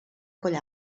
coll